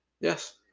Yes